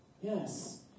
Yes